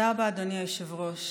תודה רבה, אדוני היושב-ראש.